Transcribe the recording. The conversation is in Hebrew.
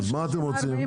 אז מה אתם רוצים?